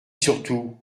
surtout